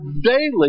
daily